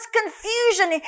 confusion